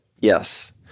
Yes